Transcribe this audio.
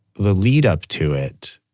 the lead up to it,